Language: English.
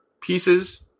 pieces